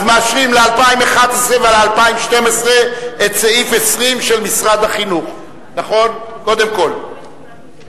מאשרים ל-2011 ול-2012 את סעיף 20 של משרד החינוך קודם כול,